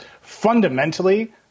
Fundamentally